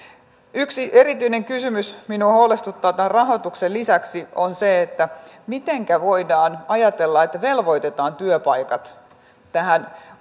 yksi erityinen kysymys joka minua huolestuttaa tämän rahoituksen lisäksi on se mitenkä voidaan ajatella että velvoitetaan työpaikat tähän